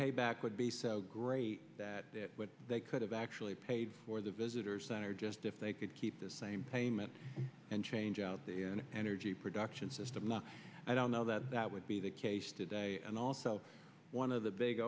payback would be so great that they could have actually paid for the visitor's center just if they could keep the same payment and change out the energy production system not i don't know that that would be the case today and also one of the big